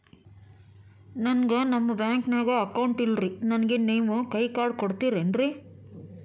ನನ್ಗ ನಮ್ ಬ್ಯಾಂಕಿನ್ಯಾಗ ಅಕೌಂಟ್ ಇಲ್ರಿ, ನನ್ಗೆ ನೇವ್ ಕೈಯ ಕಾರ್ಡ್ ಕೊಡ್ತಿರೇನ್ರಿ?